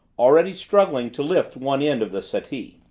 already struggling to lift one end of the settee.